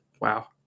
wow